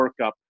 workup